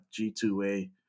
G2A